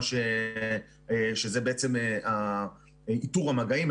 שזה בעצם איתור המגעים,